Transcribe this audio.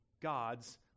God's